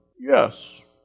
Yes